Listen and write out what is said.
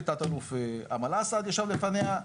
תת אלוף עמאל אסאד ישב לפניה.